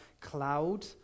cloud